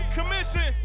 commission